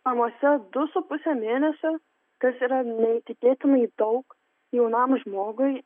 namuose du su puse mėnesio kas yra neįtikėtinai daug jaunam žmogui